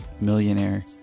millionaire